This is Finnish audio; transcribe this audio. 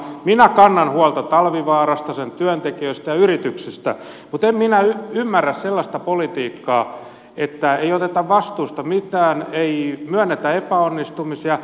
minä kannan huolta talvivaarasta sen työntekijöistä ja yrityksestä mutta en minä ymmärrä sellaista politiikkaa että ei oteta vastuuta mistään ei myönnetä epäonnistumisia